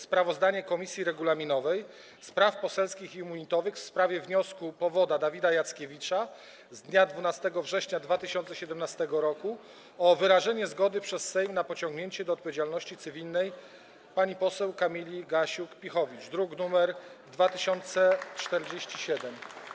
Sprawozdania Komisji Regulaminowej, Spraw Poselskich i Immunitetowych w sprawie wniosku powoda Dawida Jackiewicza z dnia 12 września 2017 r. o wyrażenie zgody przez Sejm na pociągnięcie do odpowiedzialności cywilnej poseł Kamili Gasiuk-Pihowicz, druk nr 2047.